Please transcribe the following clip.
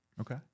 Okay